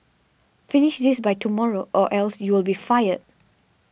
finish this by tomorrow or else you'll be fired